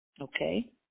Okay